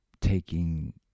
taking